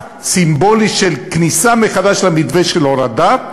סימבולי של כניסה מחדש למתווה של הורדה,